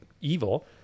evil